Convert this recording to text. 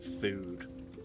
Food